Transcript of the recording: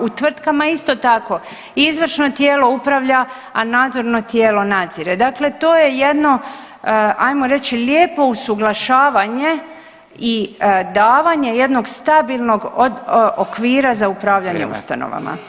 U tvrtkama isto tako izvršno tijelo upravlja, a nadzorno tijelo nadzire, dakle to je jedno ajmo reći lijepo usuglašavanje i davanje jednog stabilnog okvira za upravljanje ustanovama.